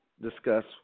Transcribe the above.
discuss